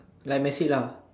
like messi lah